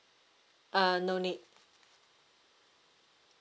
uh no need